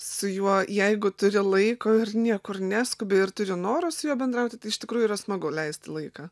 su juo jeigu turi laiko ir niekur neskubi ir turi noro su juo bendrauti tai iš tikrųjų yra smagu leisti laiką